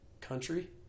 country